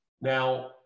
now